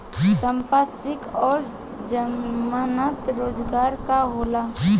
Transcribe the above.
संपार्श्विक और जमानत रोजगार का होला?